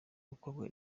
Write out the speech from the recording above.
mukobwa